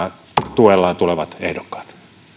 tuellaan tulevat ehdokkaat